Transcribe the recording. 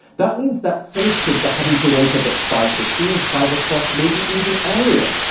that means that some kids are having to wake up at five fifteen, five o'clock, maybe even earlier.